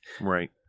Right